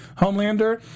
Homelander